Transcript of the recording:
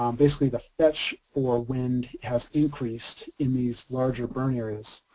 um basically the fetch for wind has increased in these larger burn areas.